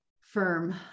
firm